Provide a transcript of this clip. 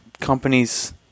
companies